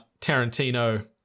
Tarantino